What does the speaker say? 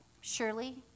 Surely